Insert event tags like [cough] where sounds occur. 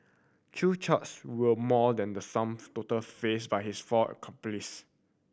chew [unintelligible] were more than the sum total faced by his four accomplices